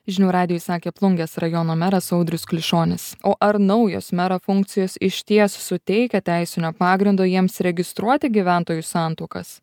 žinių radijui sakė plungės rajono meras audrius klišonis o ar naujos mero funkcijos išties suteikia teisinio pagrindo jiems registruoti gyventojų santuokas